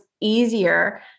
easier